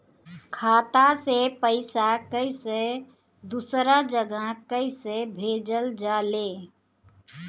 खाता से पैसा कैसे दूसरा जगह कैसे भेजल जा ले?